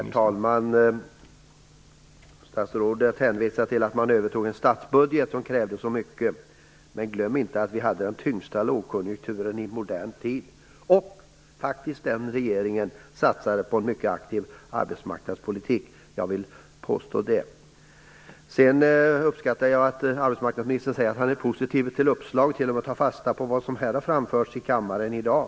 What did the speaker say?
Herr talman! Statsrådet hänvisar till att man övertog en statsbudget som krävde så mycket. Men glöm inte att vi hade den tyngsta lågkonjunkturen i modern tid och att den borgerliga regeringen satsade på en mycket aktiv arbetsmarknadspolitik. Jag vill påstå detta. Sedan uppskattar jag att arbetsmarknadsministern säger att han är positiv till uppslag och tar fasta på vad som har framförts här i kammaren i dag.